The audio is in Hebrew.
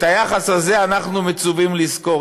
את היחס הזה אנחנו מצווים לזכור,